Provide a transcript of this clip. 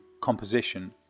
composition